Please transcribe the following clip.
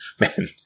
Man